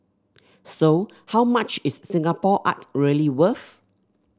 so how much is Singapore art really worth